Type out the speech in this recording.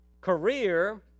career